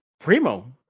Primo